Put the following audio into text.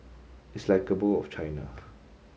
it's like a bowl of China